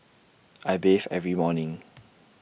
I bathe every morning